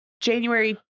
January